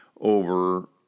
over